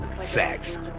facts